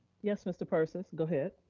yes, mr. persis, go ahead.